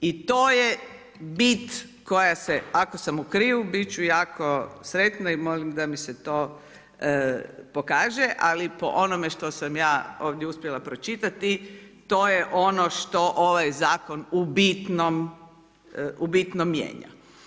I to je bit koja se, ako sam u krivu, bit ću jako sretna i molim da mi se to pokaže ali po onome što sam ja ovdje uspjela pročitati, to je ono što ovaj zakon u bitnom mijenja.